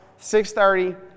6.30